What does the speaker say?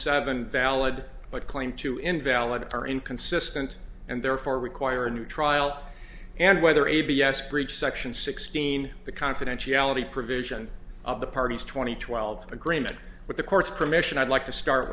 seven valid but claim to invalid or inconsistent and therefore require a new trial and whether a b s breach section sixteen the confidentiality provision of the parties two thousand and twelve agreement with the court's permission i'd like to start